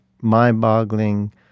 mind-boggling